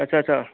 अच्छा अच्छा